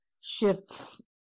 shifts